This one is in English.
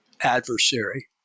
adversary